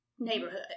neighborhood